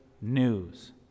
news